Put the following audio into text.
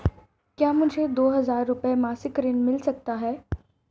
क्या मुझे दो हज़ार रुपये मासिक ऋण मिल सकता है?